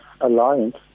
alliance